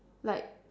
like